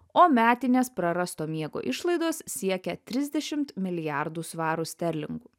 o metinės prarasto miego išlaidos siekia trisdešimt milijardų svarų sterlingų